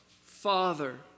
Father